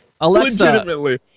Alexa